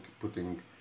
putting